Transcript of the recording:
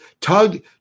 tug